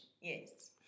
Yes